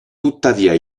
tuttavia